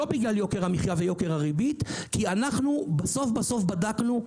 לא בגלל יוקר המחיה ויוקר הריבית כי אנו בסוף-בסוף בדקנו,